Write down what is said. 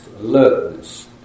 alertness